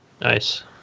Nice